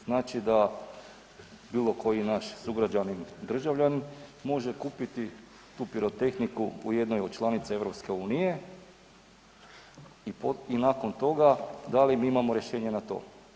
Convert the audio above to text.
Znači da bilo koji naš sugrađanin državljanin, može kupiti tu pirotehniku u jednoj od članica EU i nakon toga, da li mi imamo rješenje na to?